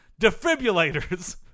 defibrillators